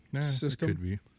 system